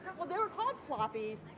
were called floppies,